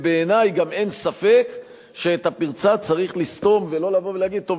בעיני גם אין ספק שאת הפרצה צריך לסתום ולא לבוא ולהגיד: טוב,